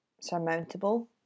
surmountable